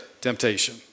temptation